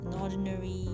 ordinary